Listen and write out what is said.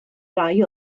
rai